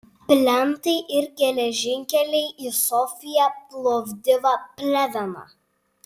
plentai ir geležinkeliai į sofiją plovdivą pleveną